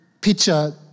picture